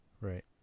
right